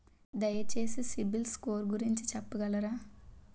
దయచేసి CIBIL score గురించి చెప్పగలరా?